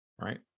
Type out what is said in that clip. right